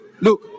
look